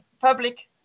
public